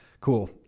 cool